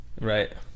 Right